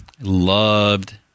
Loved